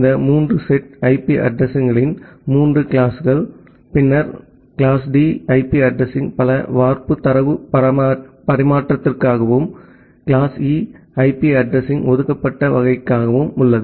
இந்த 3 set IP addressing களின் 3 கிளாஸ்கள் பின்னர் கிளாஸ்டி ஐபி அட்ரஸிங் பல வார்ப்பு தரவு பரிமாற்றத்திற்காகவும் கிளாஸ்ஈ ஐபி அட்ரஸிங் ஒதுக்கப்பட்ட வகைக்காகவும் உள்ளது